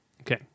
Okay